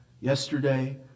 yesterday